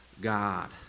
god